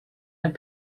have